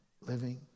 living